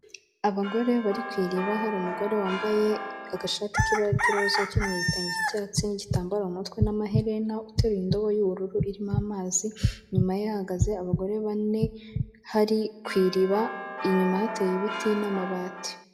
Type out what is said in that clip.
Abagore bari ku iriba, hari umugore wambaye agashati k'ibara ry'iroza ukinyeye igitenge cy'icyatsi n'igitambaro mutwe n'amaherena, uteruye indobo y'ubururu irimo amazi. Inyuma ye ahagaze abagore bane hari ku iriba, inyuma hateye ibiti n'amabati.